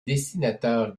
dessinateur